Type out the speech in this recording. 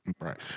Right